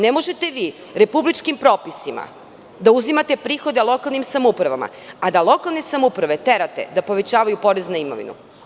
Ne možete vi republičkim propisima da uzimate prihode lokalnim samoupravama, a da lokalne samouprave terate da povećavaju porez na imovinu.